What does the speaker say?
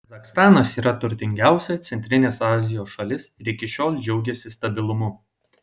kazachstanas yra turtingiausia centrinės azijos šalis ir iki šiol džiaugėsi stabilumu